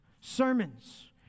sermons